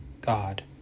God